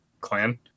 clan